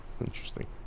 interesting